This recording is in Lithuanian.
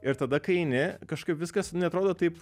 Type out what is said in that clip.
ir tada kai eini kažkaip viskas neatrodo taip